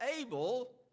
able